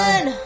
One